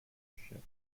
ship